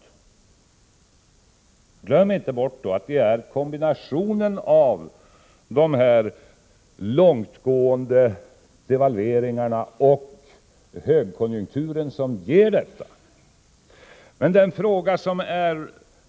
Men glöm inte bort att det är kombinationen av de långtgående devalveringarna och högkonjunkturen som ger detta!